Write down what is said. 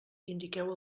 indiqueu